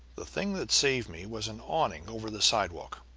the thing that saved me was an awning over the sidewalk.